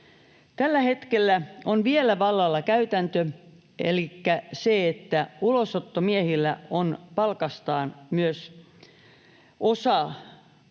Tällä hetkellä on vielä vallalla käytäntö, että ulosottomiehillä on palkastaan osa